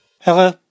Hello